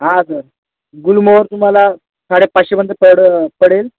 हां सर गुलमोहर तुम्हाला साडे पाचशेपर्यंत पडं पडेल